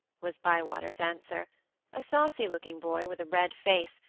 was bywater's answer a saucy-looking boy with a red face,